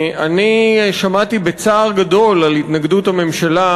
אני שמעתי בצער גדול על התנגדות הממשלה